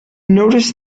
noticed